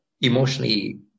emotionally